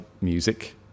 music